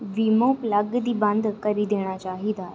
demo plug गी बंद करी देना चाहिदा